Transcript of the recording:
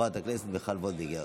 חברת הכנסת מיכל וולדיגר.